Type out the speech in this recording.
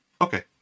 Okay